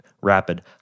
rapid